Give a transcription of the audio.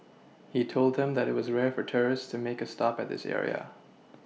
he told them that it was rare for tourists to make a stop at this area